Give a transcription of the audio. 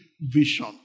vision